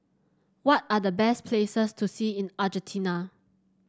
what are the best places to see in Argentina